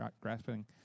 grasping